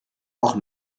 auch